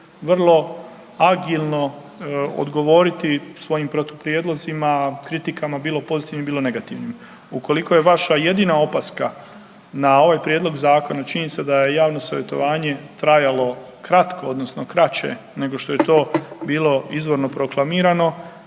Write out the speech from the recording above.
vrlo agilno odgovoriti svojim protuprijedlozima, kritikama bilo pozitivnim, bilo negativnim. Ukoliko je vaša jedina opaska na ovaj prijedlog zakona činjenica da je javno savjetovanje trajalo kratko odnosno kraće nego što je bilo izvorno proklamirano,